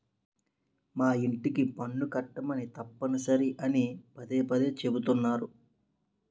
మా యింటికి పన్ను కట్టమని తప్పనిసరి అని పదే పదే చెబుతున్నారు